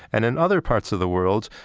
and in other parts of the world,